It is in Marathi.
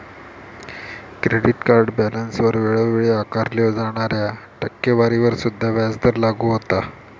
क्रेडिट कार्ड बॅलन्सवर वेळोवेळी आकारल्यो जाणाऱ्या टक्केवारीवर सुद्धा व्याजदर लागू होता